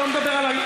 אני לא מדבר על,